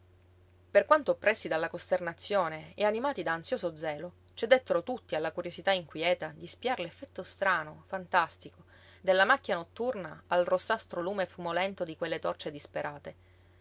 per quanto oppressi dalla costernazione e animati da ansioso zelo cedettero tutti alla curiosità inquieta di spiar l'effetto strano fantastico della macchia notturna al rossastro lume fumolento di quelle torce disperate